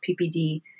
PPD